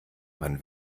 man